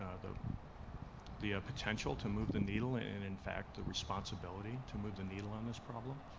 ah the the potential to move the needle and in fact the responsibility to move the needle on this problem.